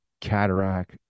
cataract